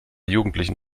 jugendlichen